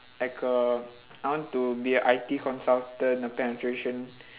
like a I want to be a I_T consultant a penetration